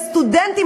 בסטודנטים,